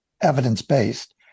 evidence-based